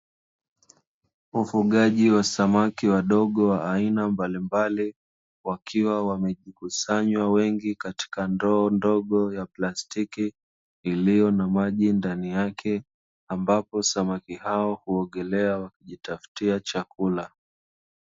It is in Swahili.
Ufugaji wa samaki wadogo wa aina mbalimbali, wakiwa wamejikusanya wengi katika ndoa ndogo ya plastiki iliyo na maji ndani yake, ambapo samaki hao huogelea kujitafutia chakula.